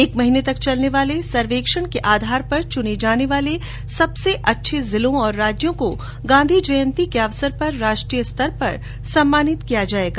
एक महीने तक चलने वाले इस सर्वेक्षण के आधार पर चुने जाने वाले सबसे अच्छे जिलों और राज्यों को गांधी जयंती के अवसर पर राष्ट्रीय स्तर पर सम्मानित किया जायेगा